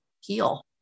heal